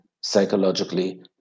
psychologically